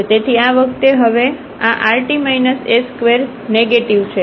તેથી આ વખતે હવે આ rt s2 નેગેટિવ છે